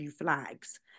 flags